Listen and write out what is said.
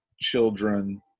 children